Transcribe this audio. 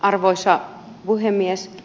arvoisa puhemies